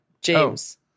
James